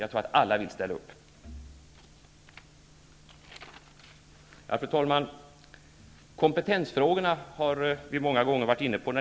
Jag tror att alla vill ställa upp. Fru talman! Vi har många gånger varit inne på kompetensfrågorna när det gäller arbetsmarknadspolitiken och de arbetsmarknadspolitiska åtgärderna.